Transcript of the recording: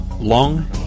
long